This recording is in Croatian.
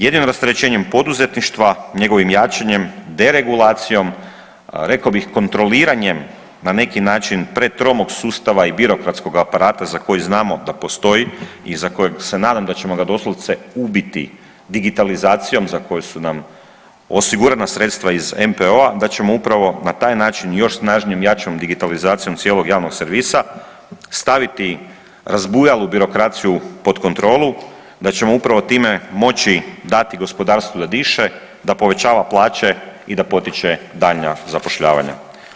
Jedino rasterećenjem poduzetništva, njegovim jačanjem, deregulacijom, rekao bih kontroliranjem, na neki način pretromog sustava i birokratskog aparata za koji znamo da postoji, i za kojeg se nadam da ćemo ga doslovce ubiti digitalizacijom za koju su nam osigurana sredstva iz MPO-a i da ćemo upravo na taj način još snažnijom, jačom digitalizacijom cijelog javnog servisa staviti razbujalu birokraciju pod kontrolu, da ćemo upravo time moći dati gospodarstvu da diše, da povećava plaće i da potiče daljnja zapošljavanja.